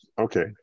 Okay